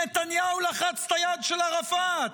נתניהו לחץ את היד של ערפאת,